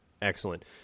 Excellent